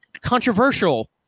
controversial